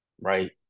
right